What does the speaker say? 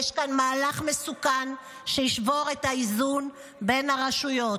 יש כאן מהלך מסוכן שישבור את האיזון בין הרשויות.